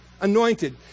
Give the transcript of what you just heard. Anointed